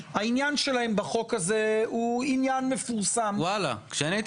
שהעניין שלהם בחוק הזה הוא עניין מפורסם -- כשהייתי